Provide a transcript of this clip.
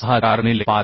64 गुणिले 5